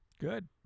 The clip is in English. Good